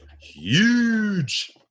huge